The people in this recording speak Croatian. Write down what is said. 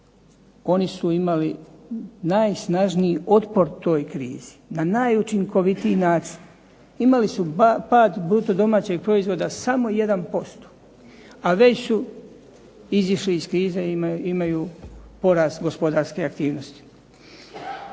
oni su imali najsnažniji otpor toj krizi, na najučinkovitiji način, imali su pad bruto domaćeg proizvoda samo 1%, a već su izišli iz krize, imaju porast gospodarske aktivnosti.